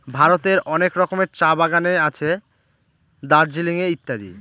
ভারতের অনেক রকমের চা বাগানে আছে দার্জিলিং এ ইত্যাদি